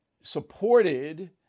supported